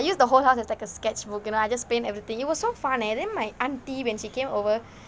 I use the whole house as like a sketch work I just paint everything it was so fun eh then my auntie when she came over